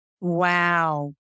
Wow